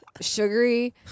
sugary